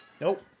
Nope